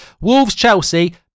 Wolves-Chelsea